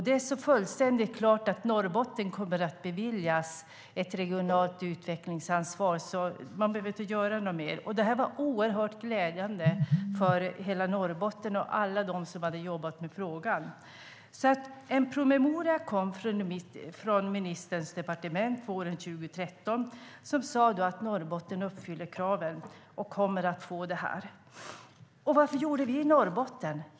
Det stod fullständigt klart att Norrbotten skulle beviljas ett regionalt utvecklingsansvar, så man behövde inte göra något mer. Det var oerhört glädjande för hela Norrbotten och alla dem som hade jobbat med frågan. En promemoria kom från ministerns departement våren 2013 som sade att Norrbotten uppfyller kraven och kommer att få detta. Och vad gjorde vi i Norrbotten?